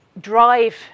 drive